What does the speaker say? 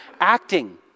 acting